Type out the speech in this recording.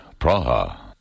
Praha